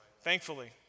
Thankfully